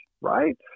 Right